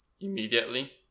Immediately